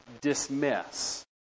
dismiss